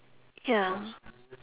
ya